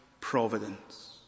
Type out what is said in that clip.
providence